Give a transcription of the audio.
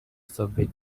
subway